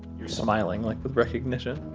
you're smiling, like with recognition